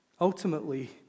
Ultimately